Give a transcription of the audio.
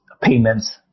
payments